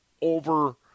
over